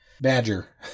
Badger